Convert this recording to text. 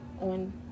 on